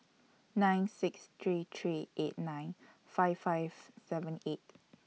nine six three three eight nine five five seven eight